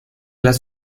las